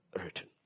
written